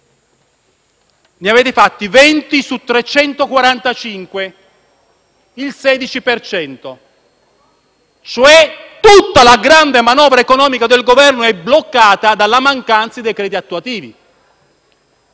Ne avete fatti 20 su 345: il 16 per cento, cioè: tutta la grande manovra economica del Governo è bloccata dalla mancanza di decreti attuativi.